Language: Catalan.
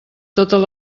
totes